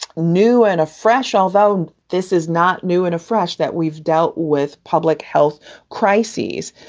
new and a fresh, although this is not new and a fresh that we've dealt with public health crises.